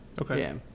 Okay